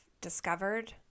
discovered